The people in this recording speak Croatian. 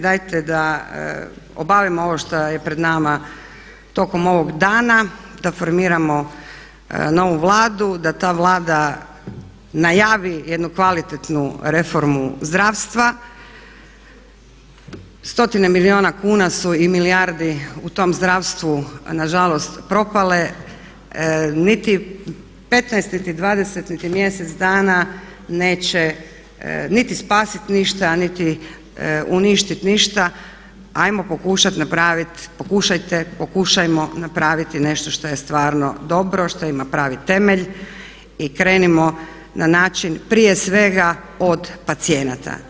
Dajte da obavimo ovo što je pred nama tokom ovog dana, da formiramo novu Vladu, da ta Vlada najavi jednu kvalitetnu reformu zdravstva, stotine milijuna kuna su i milijardi u tom zdravstvu nažalost propale, niti 15 niti 20 niti mjesec dana neće niti spasiti ništa niti uništiti ništa, ajmo pokušati napraviti, pokušajte, pokušajmo napraviti nešto što je stvarno dobro, što ima pravi temelj i krenimo na način prije svega od pacijenata.